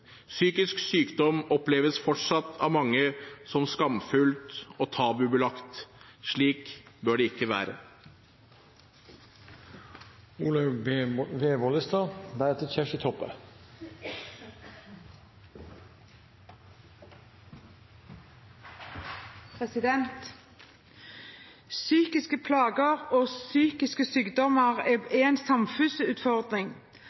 Psykisk sykdom oppleves fortsatt av mange som skamfullt og tabubelagt. Slik bør det ikke være. Psykiske plager og psykiske sykdommer er